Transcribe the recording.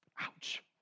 Ouch